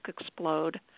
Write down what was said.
explode